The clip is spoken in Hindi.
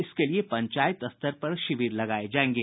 इसके लिए पंचायत स्तर पर शिविर लगाये जायेंगे